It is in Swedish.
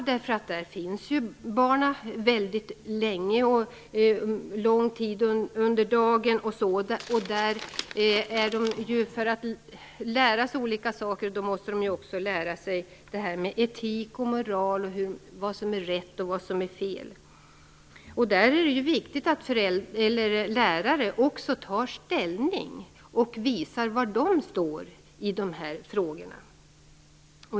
Där vistas ju barnen länge och under lång tid under dagen. Där är de för att lära sig olika saker. Då måste de också lära sig etik och moral. De måste lära sig vad som är rätt och fel. Det är viktigt att även lärare tar ställning och visar var de står i de här frågorna.